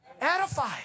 Edify